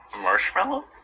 marshmallow